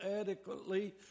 adequately